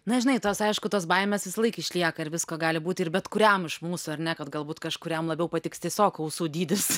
na žinai tos aišku tos baimės visąlaik išlieka ir visko gali būt ir bet kuriam iš mūsų ar ne kad galbūt kažkuriam labiau patiks tiesiog ausų dydis